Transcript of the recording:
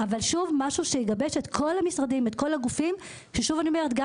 אבל שוב משהו שיגבש את כל המשרדים את כל הגופים ששוב אני אומרת גם